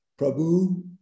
Prabhu